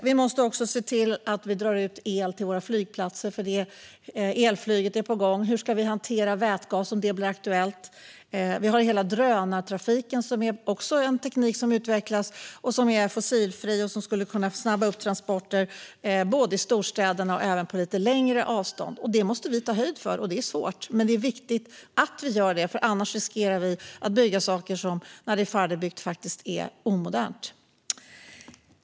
Vi måste också se till att vi drar ut el till våra flygplatser, för elflyget är på gång. Hur ska vi hantera vätgas om det blir aktuellt? Vi har hela drönartrafiken som också är en teknik som utvecklas. Den är fossilfri och skulle kunna snabba upp transporter både i storstäderna och på lite längre avstånd. Detta måste vi ta höjd för, och det är svårt. Men det är viktigt att vi gör det, för annars riskerar vi att bygga sådant som när det är färdigbyggt faktiskt är omodernt.